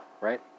right